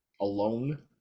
alone